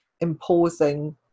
imposing